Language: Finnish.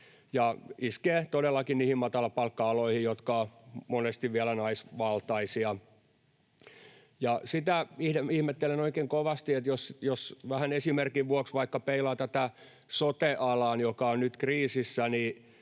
ja iskee todellakin niihin matalapalkka-aloihin, jotka ovat monesti vielä naisvaltaisia. Sitä ihmettelen oikein kovasti, että jos vähän esimerkin vuoksi vaikka peilaa tätä sote-alaa, joka on nyt kriisissä,